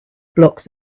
blocks